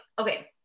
okay